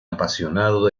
apasionado